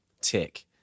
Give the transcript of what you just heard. Tick